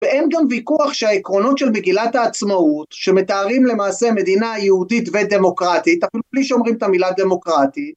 ואין גם ויכוח שהעקרונות של מגילת העצמאות שמתארים למעשה מדינה יהודית ודמוקרטית אפילו בלי שאומרים את המילה דמוקרטית